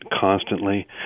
constantly